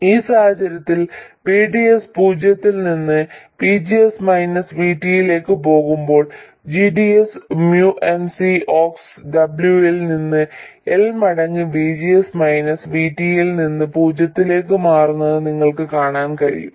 ഈ സാഹചര്യത്തിൽVDS പൂജ്യത്തിൽ നിന്ന് VGS മൈനസ് VT ലേക്ക് പോകുമ്പോൾ g d s mu n C ox W ൽ നിന്ന് L മടങ്ങ് VGS മൈനസ് VT ൽ നിന്ന് പൂജ്യത്തിലേക്ക് മാറുന്നത് നിങ്ങൾക്ക് കാണാൻ കഴിയും